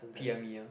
P_M me ah